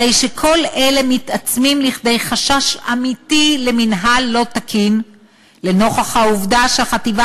הרי שכל אלה מתעצמים לכדי חשש אמיתי למינהל לא תקין לנוכח העובדה שהחטיבה